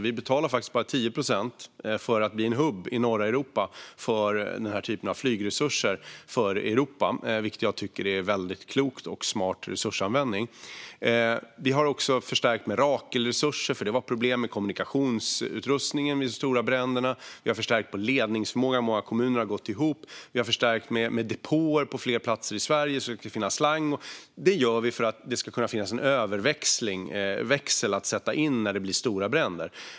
Vi betalar faktiskt bara 10 procent för att bli en hubb i norra Europa för denna typ av flygresurser för Europa, vilket jag tycker är väldigt klokt och en smart resursanvändning. Vi har också förstärkt med Rakelresurser, för det var problem med kommunikationsutrustningen vid stora bränder. Vi har förstärkt vår ledningsförmåga; många kommuner har gått ihop. Vi har även förstärkt med depåer på fler platser i Sverige, så att det ska finnas slang. Detta har vi gjort för att det ska kunna finnas en överväxel att sätta in när det blir stora bränder.